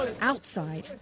Outside